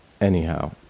anyhow